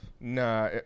Nah